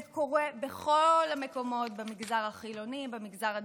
זה קורה בכל המקומות, במגזר החילוני, במגזר הדתי,